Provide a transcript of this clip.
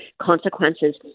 consequences